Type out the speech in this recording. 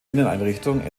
inneneinrichtung